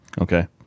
Okay